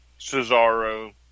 Cesaro